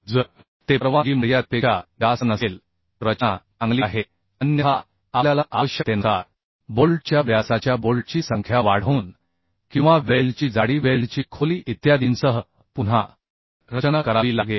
जर ते परवानगी मर्यादेपेक्षा जास्त नसेल तर रचना चांगली आहे अन्यथा आपल्याला आवश्यकतेनुसार बोल्टच्या व्यासाच्या बोल्टची संख्या वाढवून किंवा वेल्डची जाडी वेल्डची खोली इत्यादींसह पुन्हा रचना करावी लागेल